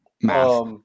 math